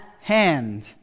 hand